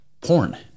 porn